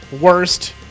worst